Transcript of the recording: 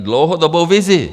Dlouhodobou vizi!